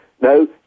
no